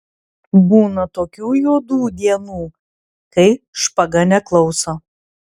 būna tokių juodų dienų kai špaga neklauso